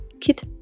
kit